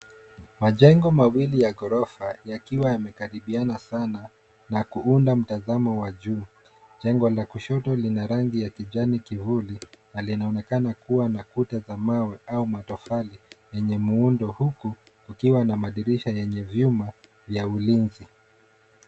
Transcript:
Majengo mawili ya ghorofa yakiwa yamekaribiana sana na kuunda mtazamo wa juu. Jengo la kushoto lina rangi ya kijani kivuli na linaonekana kuwa na kuta za mawe au matofali yenye muundo, huku kukiwa na madirisha yenye vyuma vya ulinzi.